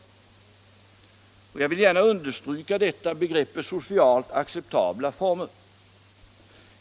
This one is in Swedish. Jag vill gärna understryka begreppet socialt acceptabla former.